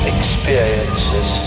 experiences